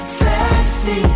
sexy